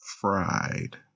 Fried